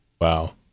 Wow